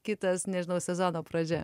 kitas nežinau sezono pradžia